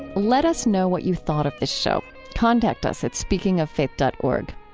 let us know what you thought of the show. contact us at speakingoffaith dot org.